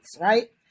Right